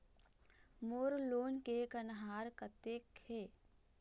मोर loan के कन्हार कतक हे?